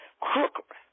crook